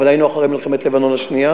אבל היינו אחרי מלחמת לבנון השנייה